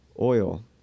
oil